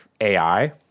ai